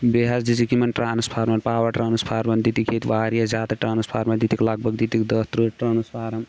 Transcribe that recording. بیٚیہِ حظ دِژٕکھ یِمَن ٹرٛانسفارمَر پاوَر ٹرٛانسفارمَر دِتِکھۍ ییٚتہِ واریاہ زیادٕ ٹرٛانسفارمَر دِتِکھۍ لگ بگ دِتِکھۍ دہ تٕرٛہ ٹرٛانسفارم